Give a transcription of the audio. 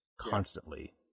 constantly